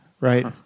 right